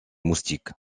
moustiques